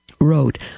wrote